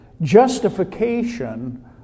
justification